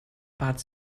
bat